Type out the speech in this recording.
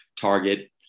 Target